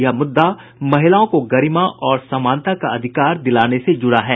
यह मुद्दा महिलाओं को गरिमा और समानता का अधिकार दिलाने से जुड़ा है